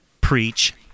preach